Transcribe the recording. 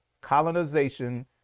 colonization